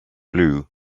blue